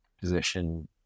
position